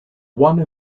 one